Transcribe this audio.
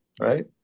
right